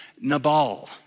Nabal